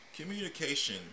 Communication